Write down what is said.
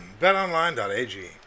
BetOnline.ag